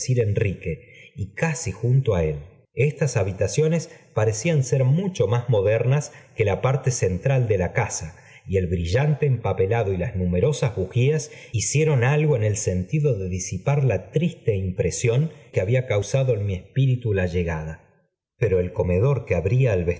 sir enrique y casi junto á él estas habitaciones parecían ser mucho más modernas que la parte central de la casa y el brillante empapelado y las numerosas bujías hicieron algo en el sentido de disipar la triste impresión que había causado en mi espíritu la llegada íbbh pero el comedor que abría al